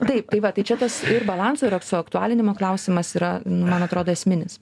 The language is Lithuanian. taip tai va tai čia tas ir balanso ir suaktualinimo klausimas yra nu man atrodo esminis